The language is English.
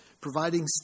Providing